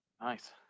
nice